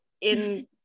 in-